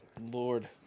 Lord